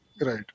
Right